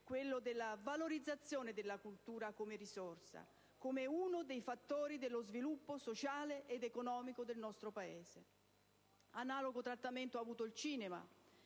urgente, della valorizzazione della cultura come risorsa e come fattore di sviluppo sociale ed economico per il nostro Paese. Analogo trattamento ha subito il cinema,